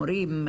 מורים,